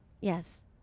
Yes